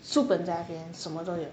书本在那边什么都有